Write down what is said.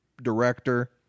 director